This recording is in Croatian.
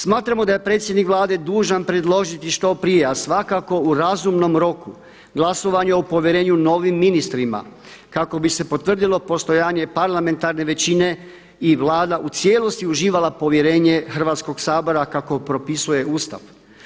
Smatramo da je predsjednik Vlade dužan predložiti što prije, a svakako u razumnom roku glasovanje o povjerenju novim ministrima kako bi se potvrdilo postojanje parlamentarne većine i Vlada u cijelosti uživala povjerenje Hrvatskog sabora kako propisuje Ustav.